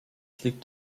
liegt